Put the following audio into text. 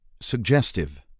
suggestive